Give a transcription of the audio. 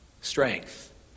strength